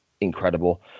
incredible